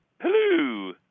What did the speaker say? Hello